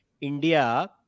India